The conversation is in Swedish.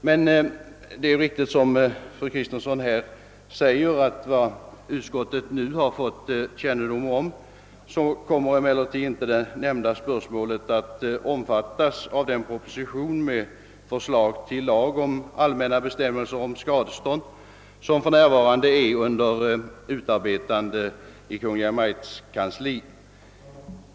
Som fru Kristensson här påpekat har emellertid utskottet nu fått veta att det nämnda spörsmålet inte kommer att omfattas av den proposition med förslag till lag om allmänna bestämmelser om skadestånd som för närvarande är under utarbetande i Kungl. Maj:ts kansli.